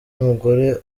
n’umugore